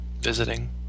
visiting